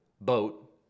boat